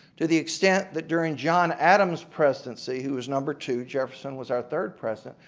to the extent that during john adams presidency who is number two jefferson was our third president,